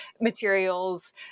materials